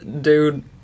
dude